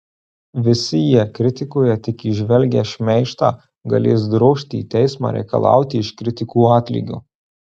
visi jie kritikoje tik įžvelgę šmeižtą galės drožti į teismą reikalauti iš kritikų atlygio